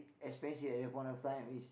especially at the point of time is